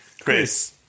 Chris